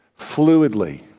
fluidly